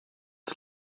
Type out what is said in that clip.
als